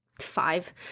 five